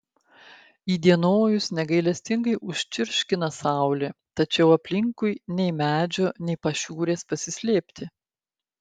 įdienojus negailestingai užčirškina saulė tačiau aplinkui nei medžio nei pašiūrės pasislėpti